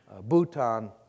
Bhutan